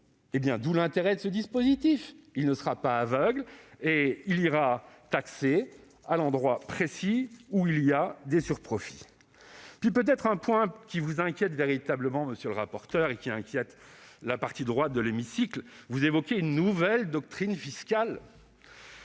D'où l'intérêt de ce dispositif ! Il ne sera pas aveugle et ira taxer à l'endroit précis où des sur-profits sont réalisés. Un mot sur un point qui vous inquiète, monsieur le rapporteur, et qui inquiète la partie droite de l'hémicycle : vous évoquez une « nouvelle doctrine fiscale